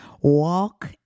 Walk